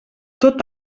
tot